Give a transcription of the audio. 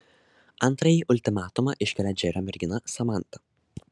antrąjį ultimatumą iškelia džerio mergina samanta